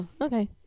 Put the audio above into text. Okay